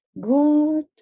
God